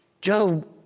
Job